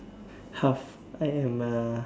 half I am a